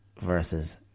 versus